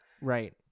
Right